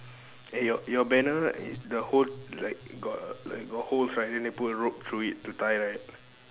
eh your your banner e~ the hole like got like got holes right then they put a rope through it to tie right